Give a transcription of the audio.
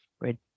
right